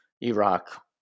Iraq